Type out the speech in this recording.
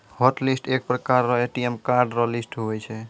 hotlist एक प्रकार रो ए.टी.एम कार्ड रो लिस्ट हुवै छै